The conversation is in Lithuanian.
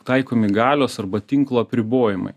taikomi galios arba tinklo apribojimai